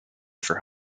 for